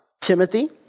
Timothy